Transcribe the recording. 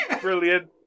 Brilliant